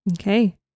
okay